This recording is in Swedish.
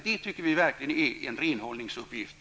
Det anser vi verkligen vara en renhållningsuppgift.